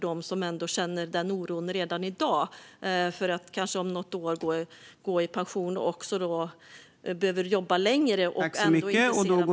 Det gäller människor som redan i dag känner oro för att kanske om något år gå i pension och som behöver jobba längre men ändå inte ser att de kommer att få en bra pension.